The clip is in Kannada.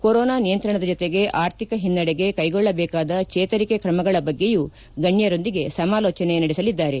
ಕೊರೊನಾ ನಿಯಂತ್ರಣದ ಜತೆಗೆ ಆರ್ಥಿಕ ಹಿನ್ನಡೆಗೆ ಕೈಗೊಳ್ಳಬೇಕಾದ ಚೇತರಿಕೆ ಕ್ರಮಗಳ ಬಗ್ಗೆಯೂ ಗಣ್ಣರೊಂದಿಗೆ ಸಮಾಲೋಚನೆ ನಡೆಸಲಿದ್ದಾರೆ